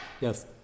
Yes